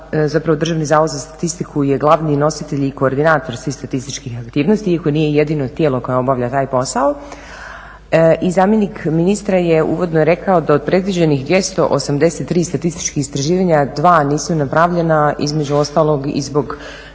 Državni zavod za statistiku je glavni nositelj i koordinator tih statističkih aktivnosti iako nije jedino tijelo koje obavlja taj posao i zamjenik ministra je uvodno rekao da od predviđenih 283 statističkih istraživanja, 2 nisu napravljena između ostalog i zbog,